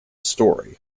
story